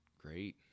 great